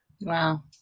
Wow